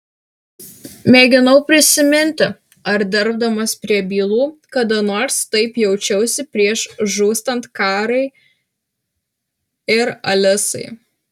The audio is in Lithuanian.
mėginau prisiminti ar dirbdamas prie bylų kada nors taip jaučiausi prieš žūstant karai ir alisai